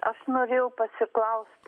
aš norėjau pasiklausti